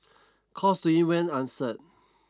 calls to it went answered